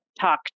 talk